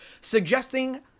suggesting